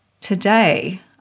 today